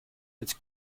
its